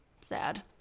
Sad